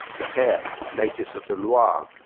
the pair, natives of the loire, ah